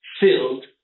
filled